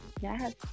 yes